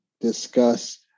discuss